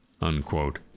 unquote